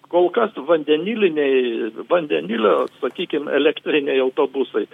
kol kas vandeniliniai vandenilio sakykim elektriniai autobusai